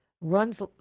runs